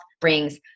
brings